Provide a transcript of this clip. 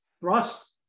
Thrust